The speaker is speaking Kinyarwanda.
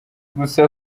gusa